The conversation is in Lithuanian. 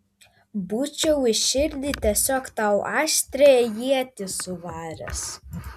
būčiau į širdį tiesiog tau aštrią ietį suvaręs